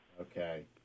Okay